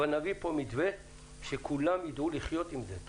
אבל נביא פה מתווה שכולם ידעו לחיות עם זה טוב.